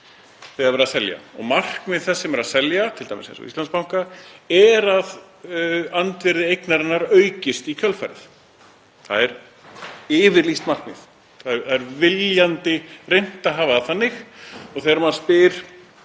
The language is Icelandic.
verið er að selja. Markmið þess sem er að selja, t.d. eins og Íslandsbanka, er að andvirði eignarinnar aukist í kjölfarið. Það er yfirlýst markmið. Það er viljandi reynt að hafa það þannig. Maður spyr